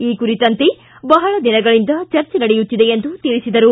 ಈ ಕುರಿತಂತೆ ಬಹಳ ದಿನಗಳಿಂದ ಚರ್ಚೆ ನಡೆಯುತ್ತಿದೆ ಎಂದು ತಿಳಿಸಿದರು